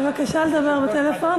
בבקשה לדבר בטלפון,